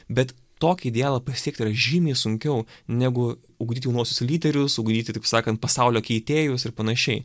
bet tokį idealą pasiekt yra žymiai sunkiau negu ugdyti jaunuosius lyderius ugdyti taip sakant pasaulio keitėjus ir panašiai